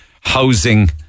housing